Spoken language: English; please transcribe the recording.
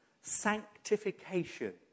sanctification